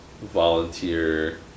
volunteer